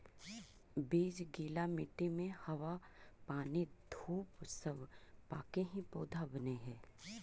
बीज गीला मट्टी में हवा पानी धूप सब पाके ही पौधा बनऽ हइ